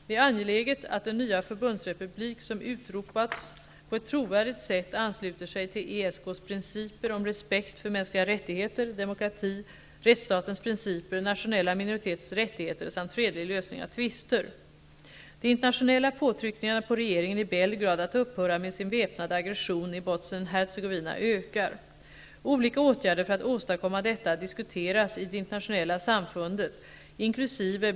Det är angeläget ett den nya förbundsrepublik som utropats på ett trovärdigt sätt ansluter sig till ESK:s principer om respekt för mänskliga rättigheter, demokrati, rättsstatens principer, nationella minoriteters rättigheter samt fredlig lösning av tvister. De internationella påtryckningarna på regeringen i Belgrad att upphöra med sin väpnade aggression i Bosnien-Hercegovina ökar. Olika åtgärder för att åstadkomma detta diskuteras i det internationella samfundet inkl.